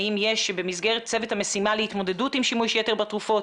האם יש במסגרת צוות המשימה להתמודדות עם שימוש יתר בתרופות,